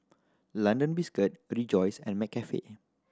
London Biscuit Rejoice and McCafe